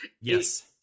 yes